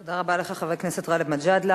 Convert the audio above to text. תודה רבה לך, חבר הכנסת גאלב מג'אדלה.